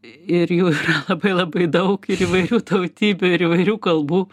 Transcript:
ir jų labai labai daug ir įvairių tautybių ir įvairių kalbų